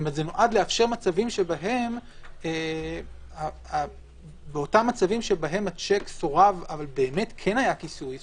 זה נועד לאפשר מצבים שבהם השיק סורב אבל כן היה כיסוי באמת.